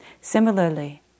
Similarly